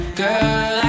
girl